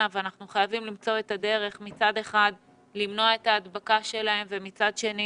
ואנחנו חייבים למצוא את הדרך מצד אחד למנוע את ההדבקה שלהם ומצד שני